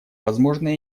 возможно